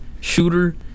shooter